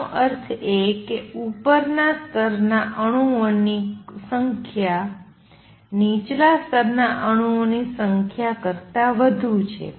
તેનો અર્થ એ કે ઉપરના સ્તરના અણુઓની સંખ્યા નીચલા સ્તરના અણુઓની સંખ્યા કરતા વધુ છે